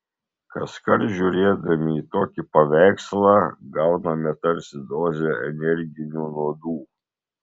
kaskart žiūrėdami į tokį paveikslą gauname tarsi dozę energinių nuodų